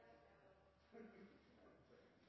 Følgende